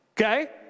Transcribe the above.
okay